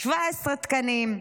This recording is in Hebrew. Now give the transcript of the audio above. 17 תקנים.